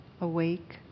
awake